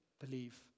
believe